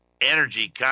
energy